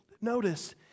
notice